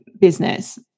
business